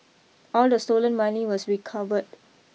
all the stolen money was recovered